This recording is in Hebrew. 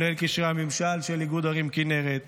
מנהל קשרי הממשל של איגוד ערים כינרת,